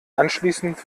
anschließend